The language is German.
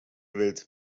welt